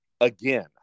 again